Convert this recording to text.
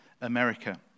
America